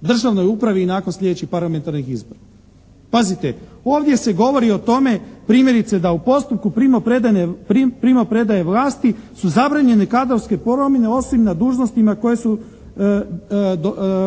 državnoj upravi i nakon sljedećih parlamentarnih izbora. Pazite, ovdje se govori o tome primjerice da u postupku primopredaje vlasti su zabranjene kadrovske promjene osim na dužnostima koje su